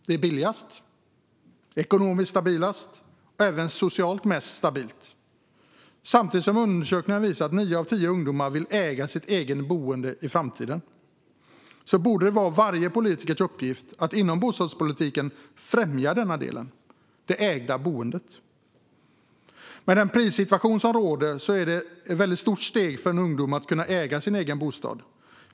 Det är billigast, ekonomiskt mest stabilt och även socialt mest stabilt. Samtidigt som undersökningar visar att nio av tio ungdomar vill äga sitt eget boende i framtiden borde det vara varje politikers uppgift att inom bostadspolitiken främja det ägda boendet. Med den prissituation som råder är det ett väldigt stort steg för ungdomar att kunna äga sin egen bostad.